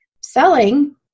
selling